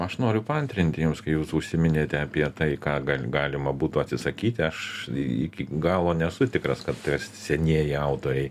aš noriu paantrinti jums kai jūs užsiminėte apie tai ką gal galima būtų atsisakyti aš iki galo nesu tikras kad senieji autoriai